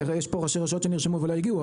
ויש פה ראשי רשויות שנרשמו ולא הגיעו,